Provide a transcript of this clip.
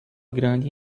grande